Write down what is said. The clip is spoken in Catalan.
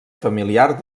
familiar